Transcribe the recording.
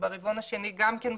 וברבעון השני גם כן,